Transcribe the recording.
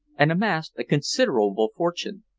and amassed a considerable fortune.